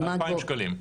2,000 שקלים.